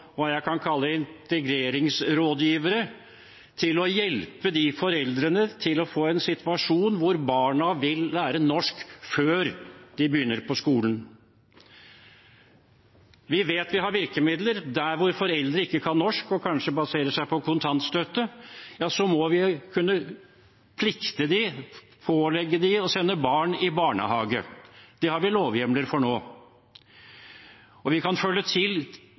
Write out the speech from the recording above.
kalle integreringsrådgivere, slik at barna vil lære norsk før de begynner på skolen. Vi vet vi har virkemidler. Der hvor foreldre ikke kan norsk og kanskje baserer seg på kontantstøtte, må vi kunne pålegge dem å sende barn i barnehage. Det har vi lovhjemler for nå. Vi kan føye til